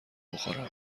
بخورم